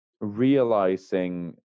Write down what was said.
realizing